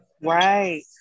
right